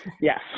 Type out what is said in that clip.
Yes